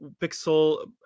pixel